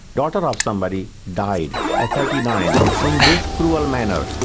daughter of somebody, died at thirty nine in this cruel manner,